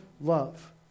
love